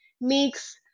mix